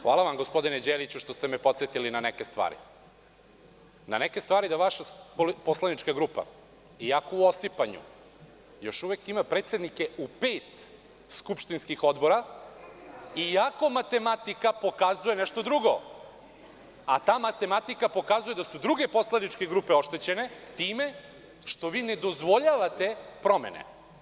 Hvala vam, gospodine Đeliću, što ste me podsetili na neke stvari, da vaša poslanička grupa, iako u osipanju, još uvek ima predsednike u pet skupštinskih odbora iako matematika pokazuje nešto drugo, a ta matematika pokazuje da su druge poslaničke grupe oštećene time što vi ne dozvoljavate promene.